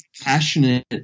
passionate